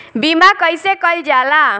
बीमा कइसे कइल जाला?